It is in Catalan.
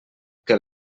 que